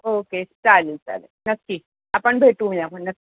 okay चालेल चालेल नक्की आपण भेटूया मग नक्की